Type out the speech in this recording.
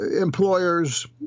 employers